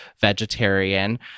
vegetarian